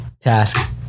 task